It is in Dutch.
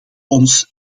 ons